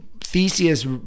Theseus